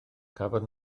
cafodd